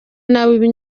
nabi